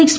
X